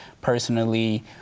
personally